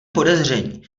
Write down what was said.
podezření